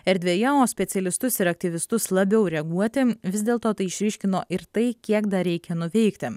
erdvėje o specialistus ir aktyvistus labiau reaguoti vis dėlto tai išryškino ir tai kiek dar reikia nuveikti